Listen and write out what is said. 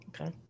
Okay